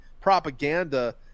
propaganda